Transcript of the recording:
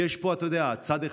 כי יש פה, אתה יודע, צד אחד.